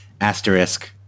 asterisk